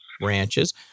ranches